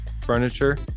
furniture